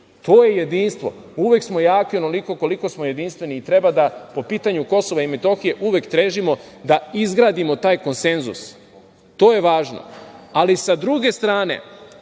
To je jedinstvo. Uvek smo jaki onoliko koliko smo jedinstveni i treba da po pitanju Kosova i Metohije uvek težimo da izgradimo taj konsenzus. To je važno. Sa druge strane,